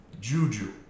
Juju